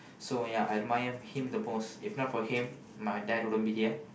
so ya I admire him the most if not for him my dad wouldn't be here